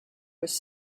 was